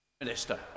Minister